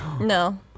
No